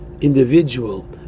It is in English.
individual